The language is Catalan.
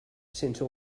sense